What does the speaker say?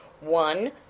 one